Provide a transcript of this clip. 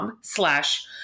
slash